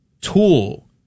tool